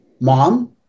mom